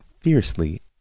fiercely